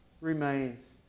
remains